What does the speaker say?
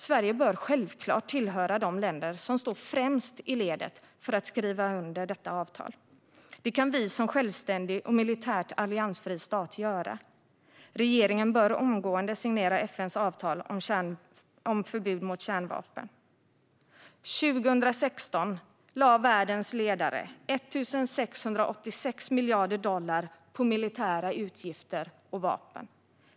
Sverige bör självklart tillhöra de länder som står främst i ledet för att skriva under detta avtal. Det kan vi göra i en självständig och militärt alliansfri stat. Regeringen bör omgående signera FN:s avtal om förbud mot kärnvapen. År 2016 lade världens ledare 1 686 miljarder dollar på militära utgifter och vapen.